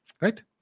Right